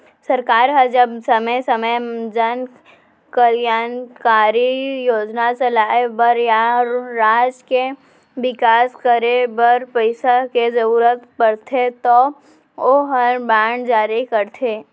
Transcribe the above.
सरकार ह जब समे समे जन कल्यानकारी योजना चलाय बर या राज के बिकास करे बर पइसा के जरूरत परथे तौ ओहर बांड जारी करथे